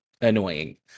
annoying